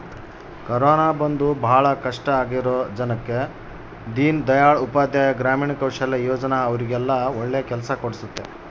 corona ಬಂದು ಭಾಳ ಕಷ್ಟ ಆಗಿರೋ ಜನಕ್ಕ ದೀನ್ ದಯಾಳ್ ಉಪಾಧ್ಯಾಯ ಗ್ರಾಮೀಣ ಕೌಶಲ್ಯ ಯೋಜನಾ ಅವ್ರಿಗೆಲ್ಲ ಒಳ್ಳೆ ಕೆಲ್ಸ ಕೊಡ್ಸುತ್ತೆ